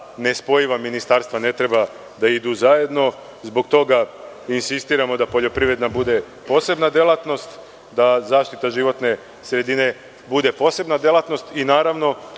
nespojiva ministarstva ne treba da idu zajedno. Zbog toga insistiramo da poljoprivreda bude posebna delatnost, da zaštita životne sredine bude posebna delatnost i naravno